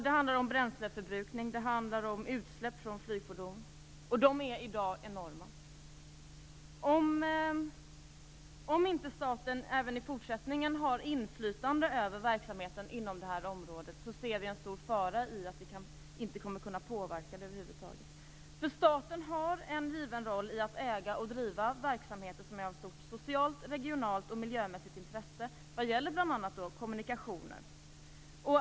Det handlar om bränsleförbrukning och om utsläpp från flygfordon, och de är i dag enorma. Om inte staten även i fortsättningen har inflytande över verksamheten inom det här området ser vi en stor fara i att man inte kommer att kunna påverka detta över huvud taget. Staten har en given roll i att äga och driva verksamheter som är av stort socialt, regionalt och miljömässigt intresse, bl.a. vad gäller kommunikationer.